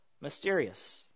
mysterious